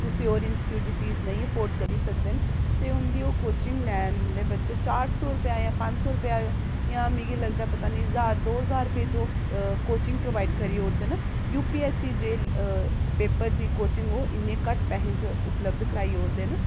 कुसै होर इंस्टीट्यूट दी फीस नेईं अफोर्ड करी सकदे न ते उं'दी ओह् कोचिंग लैंदे बच्चे चार सौ रपेआ जां पंज सौ रपेआ जां मिगी लगदा पता निं ज्हार दो ज्हार रपेऽ च ओह् कोचिंग प्रोवाइड करी ओड़दे न U P S E J paper दी कोचिंग ओह् इन्ने घट्ट पैसें च उपलब्ध कराई ओड़दे न